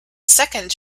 second